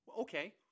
Okay